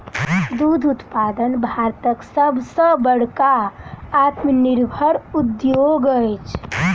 दूध उत्पादन भारतक सभ सॅ बड़का आत्मनिर्भर उद्योग अछि